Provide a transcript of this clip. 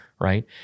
right